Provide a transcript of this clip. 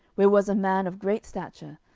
where was a man of great stature,